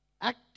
act